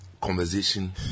conversation